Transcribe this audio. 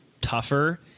tougher